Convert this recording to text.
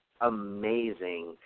amazing